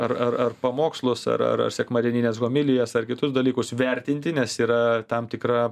ar ar ar pamokslus ar ar ar sekmadienines homilijas ar kitus dalykus vertinti nes yra tam tikra